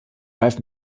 reifen